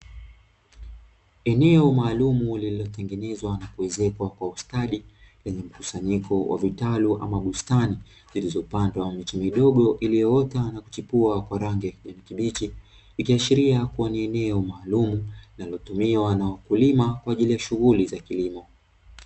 Eneo maalumu lililotengenezwa na kuezekwa kwa ustadi lenye mkusanyiko wa vitalu ama bustani iliyopandwa miche midogo iliyoota na kuchipua kwa rangi ya kijani kibichi, ikiashiria kuwa ni eneo maalumu linalotumiwa na wakulima kwa ajili ya shughuli za kilimo.